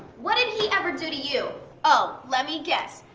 what did he ever do to you? oh lemme guess,